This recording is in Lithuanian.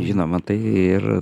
žinoma tai ir